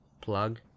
plug